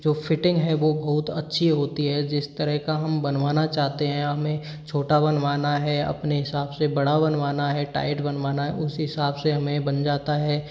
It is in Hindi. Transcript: जो फ़िटिंग है वो बहुत अच्छी होती है जिस तरह का हम बनवाना चाहते हैं हमें छोटा बनवाना है अपने हिसाब से बड़ा बनवाना है टाईट बनवाना उसी हिसाब से हमें बन जाता है